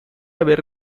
haber